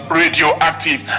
radioactive